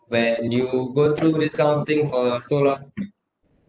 when you go through this kind of thing for so long